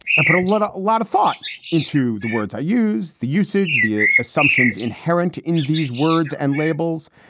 and put a lot a lot of thought into the words i use. the usage, the assumptions inherent in these words and labels.